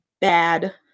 bad